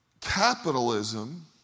capitalism